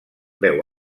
veu